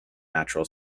natural